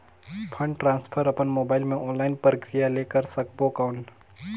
Fund transfer अपन mobile मे online प्रक्रिया ले कर सकबो कौन?